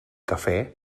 cafè